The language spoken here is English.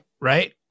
right